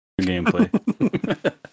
gameplay